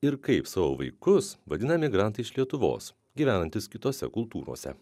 ir kaip savo vaikus vadina migrantai iš lietuvos gyvenantys kitose kultūrose